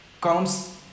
comes